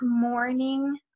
morning